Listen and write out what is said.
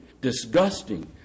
disgusting